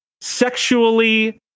sexually